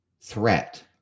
threat